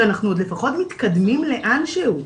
שאנחנו עוד לפחות מתקדמים לאן שהוא.